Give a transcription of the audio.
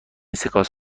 سکانس